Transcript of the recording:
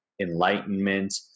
enlightenment